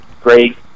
great